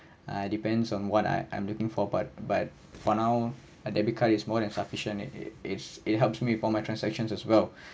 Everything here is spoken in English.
uh depends on what I am looking for but but for now a debit card is more than sufficient it it's helps me for my transactions as well